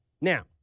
Now